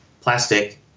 plastic